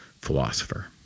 philosopher